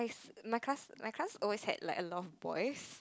my class my class always had like a lot of boys